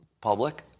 public